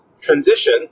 transition